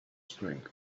strength